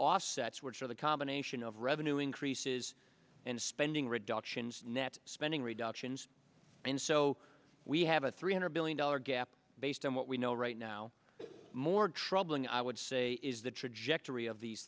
offsets which are the combination of revenue increases and spending reductions net spending reductions and so we have a three hundred billion dollars gap based on what we know right now more troubling i would say is the trajectory of these